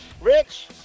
Rich